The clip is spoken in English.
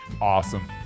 Awesome